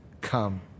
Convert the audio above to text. come